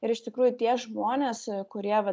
ir iš tikrųjų tie žmonės kurie vat